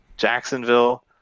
Jacksonville